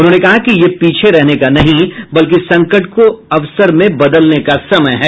उन्होंने कहा कि यह पीछे रहने का नहीं बल्कि संकट को अवसर में बदलने का समय है